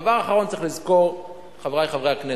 דבר אחרון שצריך לזכור, חברי חברי הכנסת,